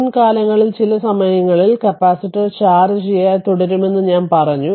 മുൻകാലങ്ങളിൽ ചില സമയങ്ങളിൽ കപ്പാസിറ്റർ ചാർജ് ചെയ്യാതെ തുടരുമെന്ന് ഞാൻ പറഞ്ഞു